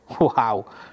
Wow